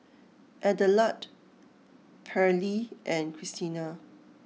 Adelard Pairlee and Christina